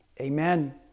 Amen